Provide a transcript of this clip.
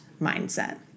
mindset